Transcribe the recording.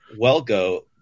WellGo